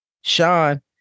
Sean